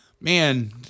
man